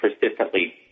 persistently